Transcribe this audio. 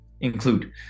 include